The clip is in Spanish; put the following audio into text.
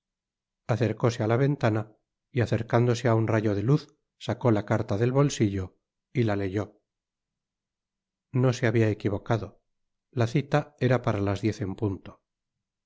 acercóse á la ventana y acercándose á un rayo de luz sacó la carta del bolsillo y la leyó no se habia equivocado la cita era para las diez en punto